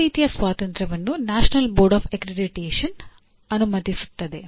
ಆ ರೀತಿಯ ಸ್ವಾತಂತ್ರ್ಯವನ್ನು ನ್ಯಾಷನಲ್ ಬೋರ್ಡ್ ಆಫ್ ಅಕ್ರಿಡಿಟೇಶನ್ ಅನುಮತಿಸುತ್ತದೆ